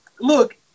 look